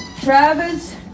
Travis